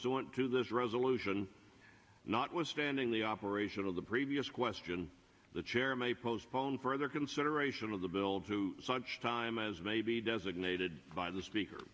t to this resolution not was standing the operation of the previous question the chairman postpone further consideration of the bill to such time as may be designated by the speaker